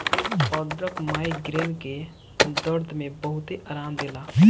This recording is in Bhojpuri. अदरक माइग्रेन के दरद में बहुते आराम देला